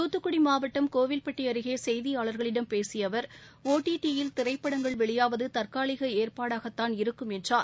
தூத்துக்குடி மாவட்டம் கோவில்பட்டி அருகே செய்தியாளர்களிடம் பேசிய அவர் ஒடிடிடியில் திரைப்படங்கள் வெளியாவது தற்காலிக ஏற்பாடாகத்தான் இருக்கும் என்றார்